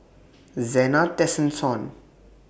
Zena Tessensohn